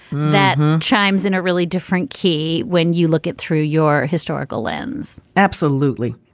that chimes in a really different key when you look at through your historical lens absolutely.